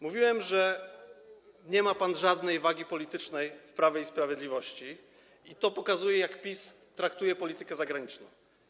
Mówiłem, że nie ma pan żadnej wagi politycznej w Prawie i Sprawiedliwości i to pokazuje, jak PiS traktuje politykę zagraniczną.